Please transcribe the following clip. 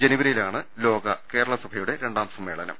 ജനുവരിയിലാണ് ലോക കേരളസഭ യുടെ രണ്ടാം സമ്മേളനം